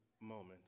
moment